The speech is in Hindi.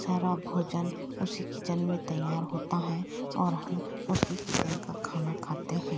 सारा भोजन उसी किचेन में तैयार होता है और हम उसी किचेन का खाना खाते हैं